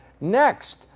Next